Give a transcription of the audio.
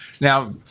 Now